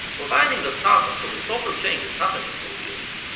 providing the soundtrack for the social changes happening in those years,